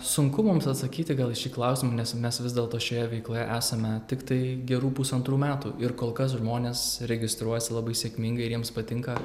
sunku mums atsakyti gal į šį klausimą nes mes vis dėlto šioje veikloje esame tiktai gerų pusantrų metų ir kol kas žmonės registruojasi labai sėkmingai ir jiems patinka